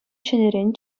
ҫӗнӗрен